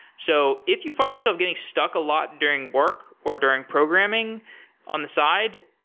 so if you find yourself getting stuck a lot during work, or during programming on the side,